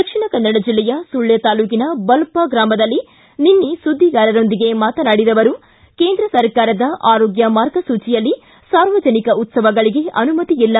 ದಕ್ಷಿಣ ಕನ್ನಡ ಜಿಲ್ಲೆಯ ಸುಳ್ಯ ತಾಲೂಕಿನ ಬಲ್ಲ ಗ್ರಾಮದಲ್ಲಿ ನಿನ್ನೆ ಸುದ್ದಿಗಾರರೊಂದಿಗೆ ಮಾತನಾಡಿದ ಅವರು ಕೇಂದ್ರ ಸರ್ಕಾರದ ಆರೋಗ್ಯ ಮಾರ್ಗಸೂಚಿಯಲ್ಲಿ ಸಾರ್ವಜನಿಕ ಉತ್ತವಗಳಿಗೆ ಅನುಮತಿ ಇಲ್ಲ